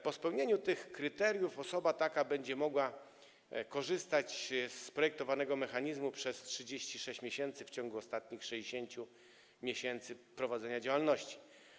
Po spełnieniu tych kryteriów osoba taka będzie mogła korzystać z projektowanego mechanizmu przez 36 miesięcy w ciągu ostatnich 60 miesięcy prowadzenia działalności.